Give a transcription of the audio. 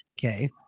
okay